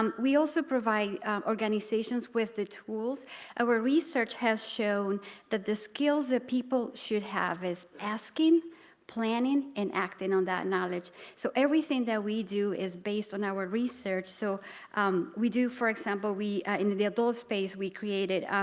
um we also provide organizations with the tools our research has shown that the skills that people should have is asking planning and acting on that knowledge so everything that we do is based on our research so we do for example we in the adult space we created,